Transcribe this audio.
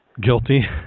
Guilty